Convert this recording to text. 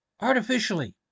Artificially